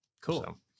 Cool